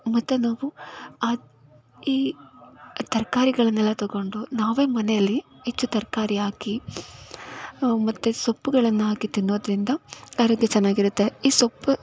ಮತ್ತು ನಾವು ಹತ್ತು ಈ ತರಕಾರಿಗಳನ್ನೆಲ್ಲ ತೊಗೊಂಡು ನಾವೇ ಮನೆಯಲ್ಲಿ ಹೆಚ್ಚು ತರಕಾರಿ ಹಾಕಿ ಮತ್ತು ಸೊಪ್ಪುಗಳನ್ನಾಕಿ ತಿನ್ನೋದರಿಂದ ಆರೋಗ್ಯ ಚೆನ್ನಾಗಿರುತ್ತೆ ಈ ಸೊಪ್ಪು